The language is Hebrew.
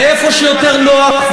ואיפה שיותר נוח,